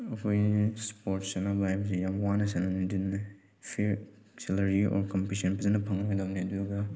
ꯃꯈꯣꯏꯅ ꯏꯁꯄꯣꯔꯠ ꯁꯥꯟꯅꯕ ꯍꯥꯏꯕꯁꯤ ꯌꯥꯝ ꯋꯥꯅ ꯁꯥꯟꯅꯩ ꯑꯗꯨꯅ ꯐꯤꯌꯔ ꯁꯦꯂꯔꯤ ꯑꯣꯔ ꯀꯝꯄꯦꯟꯁꯦꯁꯟ ꯐꯖꯅ ꯐꯪꯍꯟꯒꯗꯕꯅꯤ ꯑꯗꯨꯒ